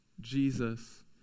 Jesus